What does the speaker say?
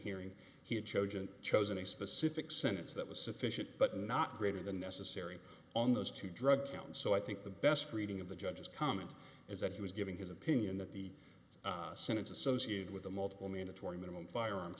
hearing he had chosen chosen a specific sentence that was sufficient but not greater than necessary on those two drug counts so i think the best reading of the judge's comment is that he was giving his opinion that the sentence associated with the multiple mandatory minimum firearm